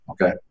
okay